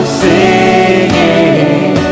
singing